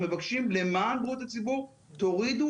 למען בריאות הציבור אנחנו מבקשים שתורידו